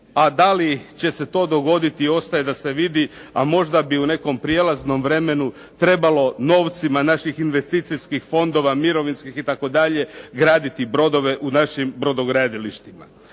A da li će se to dogoditi ostaje da se vidi, a možda bi u nekom prijelaznom vremenu trebalo novcima naših investicijskih fondova, mirovinskih itd. graditi brodove u našim brodogradilištima.